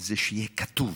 שיהיה כתוב